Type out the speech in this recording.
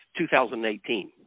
2018